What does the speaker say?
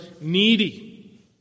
needy